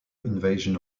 invasion